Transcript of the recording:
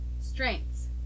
strengths